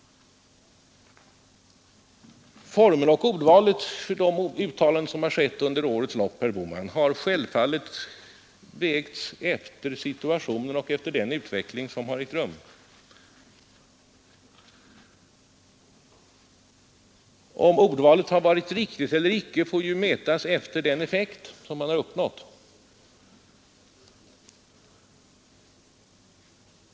Formerna för och ordvalet i de uttalanden som gjorts under årets lopp, herr Bohman, har självfallet valts efter situationen och efter den utveckling som ägt rum. Om ordvalet har varit riktigt eller icke får mätas efter den effekt som man har uppnått.